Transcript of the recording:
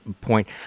point